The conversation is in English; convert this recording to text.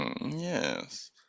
yes